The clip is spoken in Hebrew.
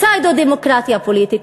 פסאודו-דמוקרטיה פוליטית,